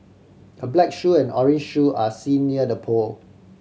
a black shoe and orange shoe are seen near the pole